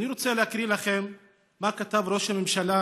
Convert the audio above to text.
אני רוצה להקריא לכם מה כתב ראש הממשלה